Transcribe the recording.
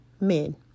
men